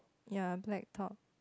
ya black top